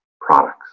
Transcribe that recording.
products